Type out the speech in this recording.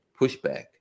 pushback